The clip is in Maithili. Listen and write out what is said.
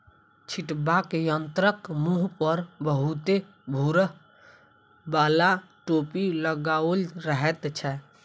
छिटबाक यंत्रक मुँह पर बहुते भूर बाला टोपी लगाओल रहैत छै